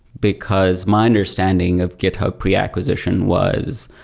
because my understanding of github pre acquisition was,